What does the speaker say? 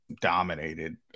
dominated